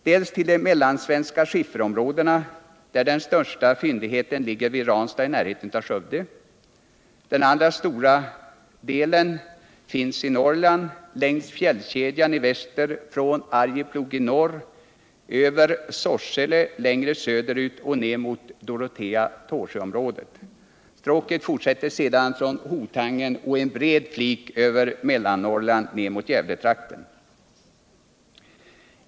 Den ena är de mellansvenska skifterområdena, där den största fyndigheten ligger vid Ranstad i närheten av Skövde. Den andra finns i Norrland, längs fjällkedjan i väster från Arjeplog i norr över Sorsele längre söderut och ned mot Dorotea-Tåsjöområdet. Stråket fortsätter sedan från Hotagen och i en bred flik över Mellannorrland ned mot Gävletrakten.